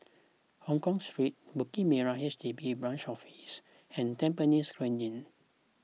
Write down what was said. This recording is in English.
Hongkong Street Bukit Merah H D B Branch Office and Tampines Grande